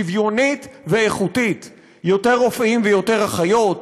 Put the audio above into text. שוויונית ואיכותית: יותר רופאים ויותר אחיות,